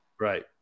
right